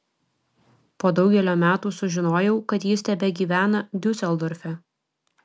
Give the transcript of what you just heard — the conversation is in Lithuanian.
po daugelio metų sužinojau kad jis tebegyvena diuseldorfe